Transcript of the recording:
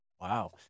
Wow